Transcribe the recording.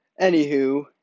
Anywho